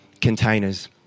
containers